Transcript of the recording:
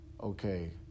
Okay